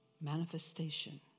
manifestation